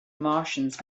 martians